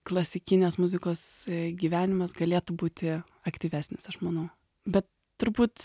klasikinės muzikos gyvenimas galėtų būti aktyvesnis aš manau bet turbūt